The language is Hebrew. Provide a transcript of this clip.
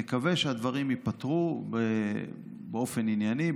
נקווה שהדברים ייפתרו באופן ענייני,